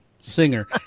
singer